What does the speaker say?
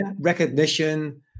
recognition